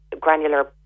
granular